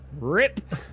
Rip